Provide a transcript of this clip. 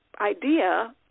idea